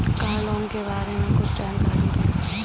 Car loan के बारे में कुछ जानकारी दें?